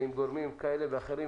עם גורמים כאלה ואחרים,